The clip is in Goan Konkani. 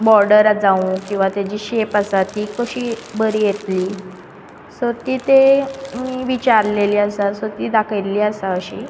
बोर्डर जावं किंवा तेची शेप आसा ती कशी बरी येतली सो ती ते मी विचारलेली आसा सो ती दाखयली आसा